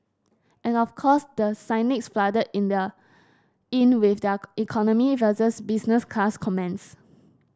and of course the cynics flooded in the in with their economy versus business class comments